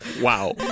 wow